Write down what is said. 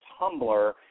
Tumblr